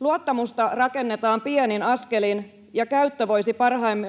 Luottamusta rakennetaan pienin askelin, ja